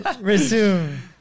Resume